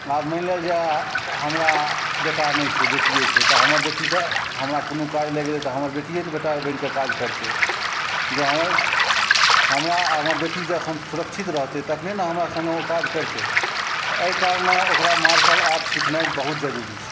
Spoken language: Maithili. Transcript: आब मानि लेल जाए हमरा बेटा नहि छै बेटिए छै तऽ हमर बेटीके हमरा कोनो काज लागि गेलै तऽ हमर बेटिए बेटा बनिके काज करतै जँ हमरा आओर हमर बेटी जँ सुरक्षित रहतै तखने ने हमरा सङ्गे ओ काज करतै एहि कारणेँ ओकरा मार्शल आर्ट सिखनाइ बहुत जरूरी छै